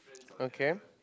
okay